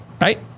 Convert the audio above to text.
right